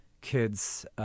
kids